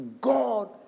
God